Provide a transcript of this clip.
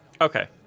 Okay